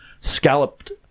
scalloped